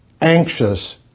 anxious